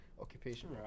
occupation